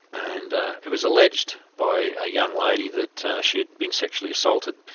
and it was alleged by a young lady that she had been sexually assaulted.